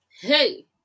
hey